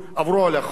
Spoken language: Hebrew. יעברו על החוק,